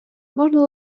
можна